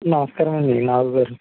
నమస్కారమండి నాగు గారు